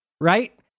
right